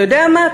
אתה יודע מה,